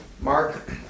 Mark